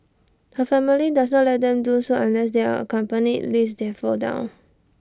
her family does not let them do so unless they are accompanied lest they fall down